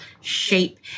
shape